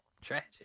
tragic